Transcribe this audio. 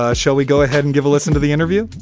ah shall we go ahead and give a listen to the interview?